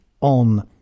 on